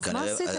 אז מה עשיתם?